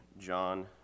John